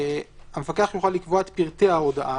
המפקח יוכל לקבוע את פרטי ההודעה,